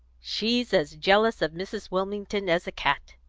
she's as jealous of mrs. wilmington as a cat,